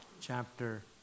chapter